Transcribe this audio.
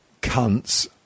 cunts